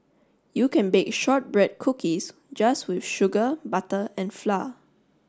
you can bake shortbread cookies just with sugar butter and flour